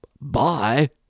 bye